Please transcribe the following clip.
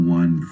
one